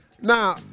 Now